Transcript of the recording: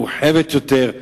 מורחבת יותר,